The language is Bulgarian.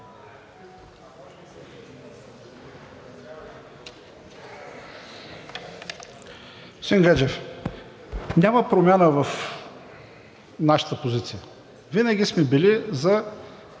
Гаджев, няма промяна в нашата позиция. Винаги сме били за